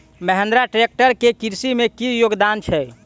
Mahindra tractor केँ कृषि मे की योगदान छै?